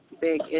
big